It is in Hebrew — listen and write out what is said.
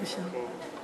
בבקשה.